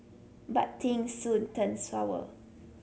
but things soon turned sour